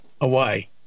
away